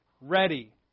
ready